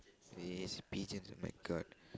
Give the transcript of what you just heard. yes pigeons !oh-my-God!